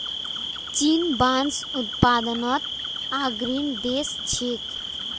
चीन बांस उत्पादनत अग्रणी देश छिके